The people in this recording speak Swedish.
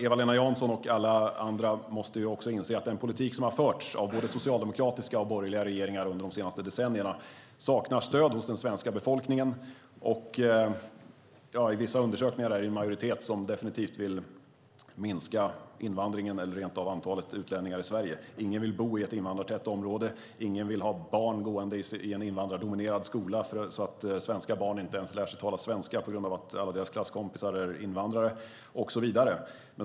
Eva-Lena Jansson och alla andra måste inse att den politik som har förts av både socialdemokratiska och borgerliga regeringar under de senaste decennierna saknar stöd hos den svenska befolkningen. I vissa undersökningar är det en majoritet som definitivt vill minska invandringen eller rent av antalet utlänningar i Sverige. Ingen vill bo i ett invandrartätt område, ingen vill ha barn gående i en invandrardominerad skola där de svenska barnen inte ens lär sig tala svenska eftersom alla deras klasskompisar är invandrare och så vidare.